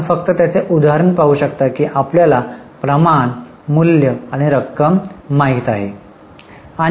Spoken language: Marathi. तर आपण फक्त त्याचे उदाहरण पाहू शकता की आपल्याला प्रमाण मूल्य आणि रक्कम माहित आहे